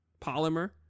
polymer